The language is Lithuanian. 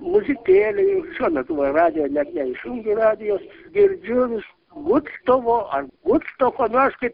muzikėlėj šiuo metu va radijo net neišjungiu radijos girdžiu vis vudstovo ar vudstoko nu aš tik